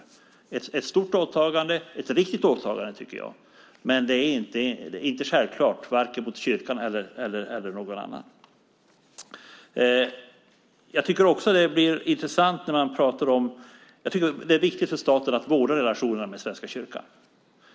Det är ett stort och riktigt åtagande, men det är inte självklart mot vare sig kyrkan eller någon annan. Det är viktigt för staten att vårda relationerna med Svenska kyrkan.